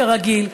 כרגיל,